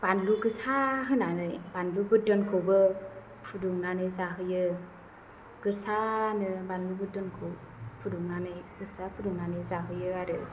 बानलु गोसा होनानै बानलु बोरदोनखौबो फुदुंनानै जाहोयो गोसानो बानलु बोरदोनखौ फुदुंनानै गोसा फुदुंनानै जाहोयो आरो